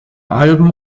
alben